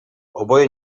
oboje